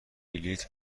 بلیط